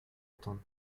entende